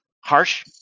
harsh